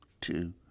Two